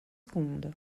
secondes